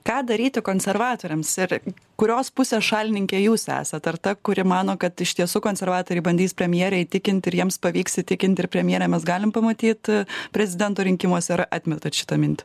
ką daryti konservatoriams ir kurios pusės šalininkė jūs esat ar ta kuri mano kad iš tiesų konservatoriai bandys premjerei įtikinti ir jiems pavyks įtikinti ir premjerę mes galim pamatyt prezidento rinkimuose ar atmetat šitą mintį